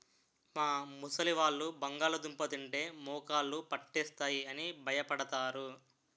మా ముసలివాళ్ళు బంగాళదుంప తింటే మోకాళ్ళు పట్టేస్తాయి అని భయపడతారు